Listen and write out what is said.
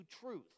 truth